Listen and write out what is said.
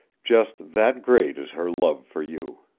just that great is her love for you.